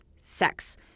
sex